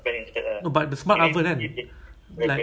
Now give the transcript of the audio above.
got smart shower or not I don't know